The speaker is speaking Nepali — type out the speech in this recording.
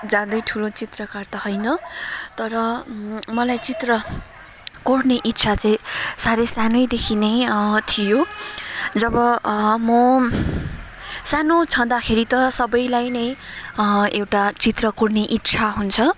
ज्यादै ठुलो चित्रकार त होइन तर मलाई चित्र कोर्ने इच्छा चाहिँ साह्रै सानैदेखि नै थियो जब म सानो छँदाखेरि त सबैलाई नै एउटा चित्र कोर्ने इच्छा हुन्छ